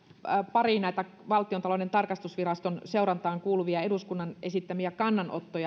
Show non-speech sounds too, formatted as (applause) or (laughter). pari valtiontalouden tarkastusviraston seurantaan kuuluvaa eduskunnan esittämää kannanottoa (unintelligible)